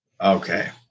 Okay